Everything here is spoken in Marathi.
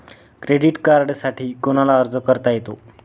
क्रेडिट कार्डसाठी कोणाला अर्ज करता येतो?